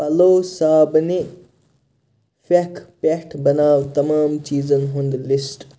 پلو صابنہِ پھٮ۪کھ پٮ۪ٹھ بناو تمام چیٖزن ہُنٛد لِسٹ